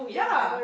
yeah